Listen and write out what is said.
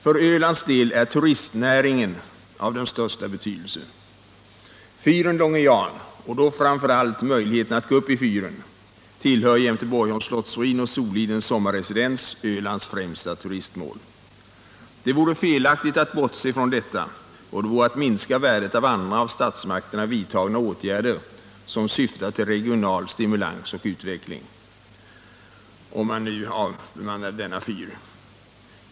För Ölands del är turistnäringen av den största betydelse. Fyren Långe Jan — och då framför allt möjligheten att gå upp i fyren — tillhör jämte Borgholms slottsruin och Sollidens sommarresidens Ölands främsta turistmål. Det vore felaktigt att bortse från detta, och om man nu avbemannar denna fyr skulle det betyda att man minskar värdet av andra av statsmakterna vidtagna åtgärder, som syftar till regional stimulans och utveckling.